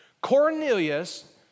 Cornelius